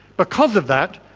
because of that,